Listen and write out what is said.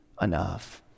enough